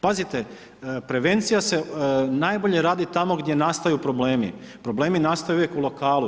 Pazite prevencija se najbolje radi tamo gdje nastaju problemi, problemi nastaju uvijek u lokalu.